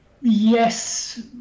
Yes